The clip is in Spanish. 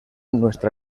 nuestra